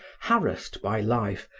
harassed by life,